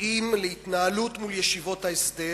קבועים להתנהלות מול ישיבות ההסדר